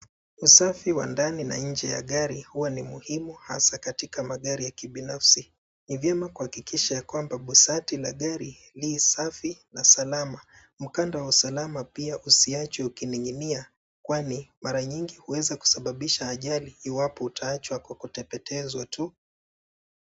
Usafi wa ndani na nje ya gari huwa ni muhimu hasa katika magari ya kibinafsi. Ni vyema kuhakikisha ya kwamba bosati la gari ni safi na salama. Mkanda wa usalama pia usiachwe ukining'inia kwani mara nyingi huweza kusababisha ajali iwapo utaachwa kwa kutepetezwa tu.